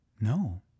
No